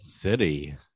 city